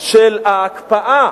של ההקפאה